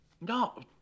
No